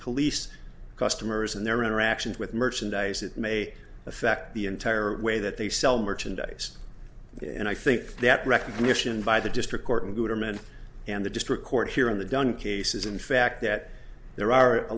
police customers and their interactions with merchandise it may affect the entire way that they sell merchandise and i think that recognition by the district court and goodman and the district court here in the dunn case is in fact that there are a